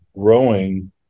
growing